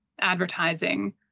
advertising